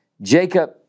Jacob